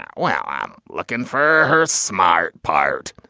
yeah wow, i'm looking for her smart pirate?